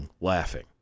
laughing